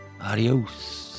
Adios